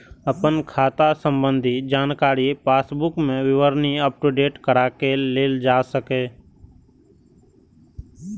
अपन खाता संबंधी जानकारी पासबुक मे विवरणी अपडेट कराके लेल जा सकैए